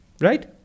Right